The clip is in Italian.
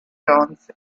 jones